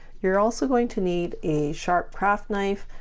you're also going to need a sharp craft knife,